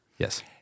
Yes